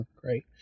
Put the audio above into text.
great